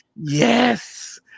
yes